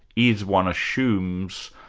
is one assumes,